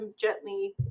gently